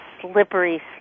slippery